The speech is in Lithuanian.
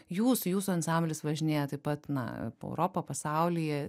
jūs jūsų ansamblis važinėja taip pat na po europą pasaulyje